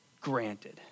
granted